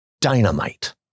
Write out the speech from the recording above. dynamite